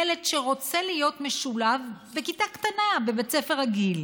ילד שרוצה להיות משולב בכיתה קטנה בבית ספר רגיל,